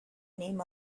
name